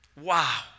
Wow